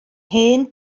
hen